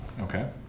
Okay